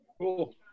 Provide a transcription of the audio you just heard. Cool